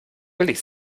billig